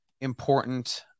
important